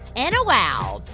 and a wow!